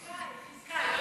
היא חיזקה, היא חיזקה.